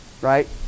right